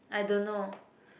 I don't know